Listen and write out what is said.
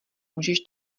můžeš